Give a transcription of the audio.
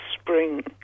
spring